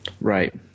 Right